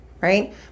right